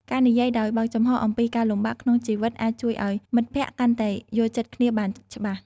ការនិយាយដោយបើកចំហរអំពីការលំបាកក្នុងជីវិតអាចជួយឲ្យមិត្តភក្តិកាន់តែយល់ចិត្តគ្នាបានច្បាស់។